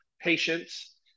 patients